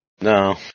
No